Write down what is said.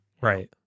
Right